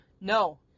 No